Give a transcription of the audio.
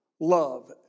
love